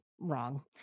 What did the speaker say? wrong